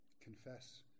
Confess